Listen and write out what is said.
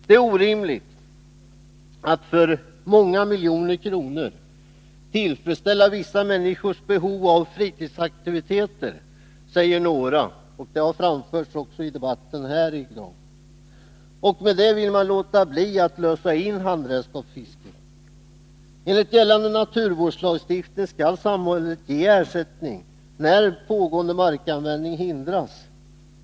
Det är orimligt att för många miljoner kronor tillfredsställa vissa människors behov av fritidsaktiviteter, säger några, och det har framförts också i debatten här i dag. Med det vill man låta bli att lösa in handredskapsfisket. Enligt gällande naturvårdslagstiftning skall samhället ge ersättning när pågående markanvändning hindras.